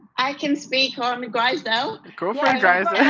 i can speak on grizedale? go for